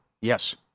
Yes